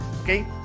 Okay